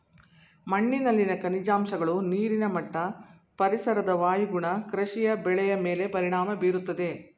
ಮಣ್ಣಿನಲ್ಲಿನ ಖನಿಜಾಂಶಗಳು, ನೀರಿನ ಮಟ್ಟ, ಪರಿಸರದ ವಾಯುಗುಣ ಕೃಷಿ ಬೆಳೆಯ ಮೇಲೆ ಪರಿಣಾಮ ಬೀರುತ್ತದೆ